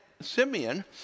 Simeon